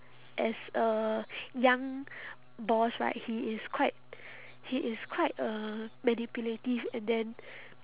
as a young boss right he is quite he is quite uh manipulative and then